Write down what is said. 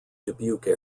dubuque